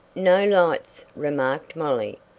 no lights, remarked molly.